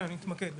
אתמקד בקצרה.